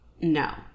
No